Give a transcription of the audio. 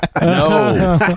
No